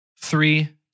Three